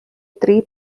three